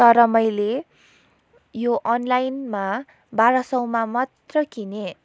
तर मैले यो अनलाइनमा बाह्र सयमा मात्रै किनेँ